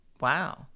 wow